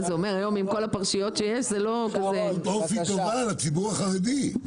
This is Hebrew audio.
היום עם כל הפרשיות שיש --- את עדת אופי טובה לציבור החרדי.